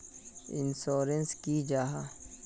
Insurance की जाहा?